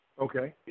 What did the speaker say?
Okay